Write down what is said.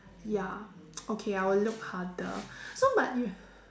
ya okay I will look harder so but you